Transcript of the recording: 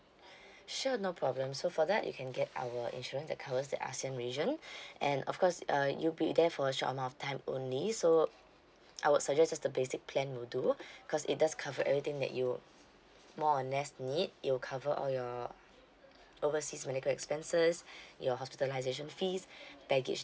sure no problem so for that you can get our insurance that covers the ASEAN region and of course uh you'll be there for a short amount of time only so I would suggest just the basic plan will do because it does cover everything that you more or less need it will cover all your overseas medical expenses your hospitalisation fees baggage